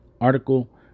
Article